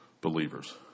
believers